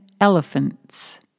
Elephants